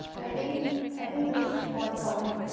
i think i think what's more important,